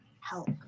help